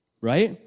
Right